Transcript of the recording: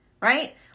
right